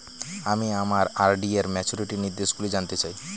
আমি আমার আর.ডি র ম্যাচুরিটি নির্দেশগুলি জানতে চাই